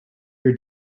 your